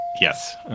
yes